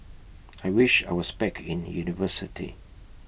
I wish I was back in university